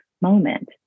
moment